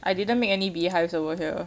I didn't make any bee hives over here